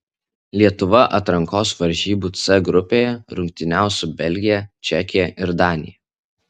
lietuva atrankos varžybų c grupėje rungtyniaus su belgija čekija ir danija